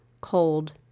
cold